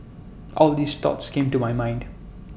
all these thoughts came to my mind